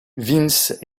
vince